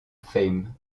fame